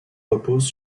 repose